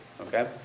okay